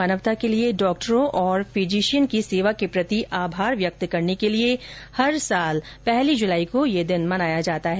मानवता के लिए डॉक्टरों और फिजिशियन की सेवा के प्रति आभार व्यक्त करने के लिए प्रति वर्ष पहली जुलाई को यह दिवस मनाया जाता है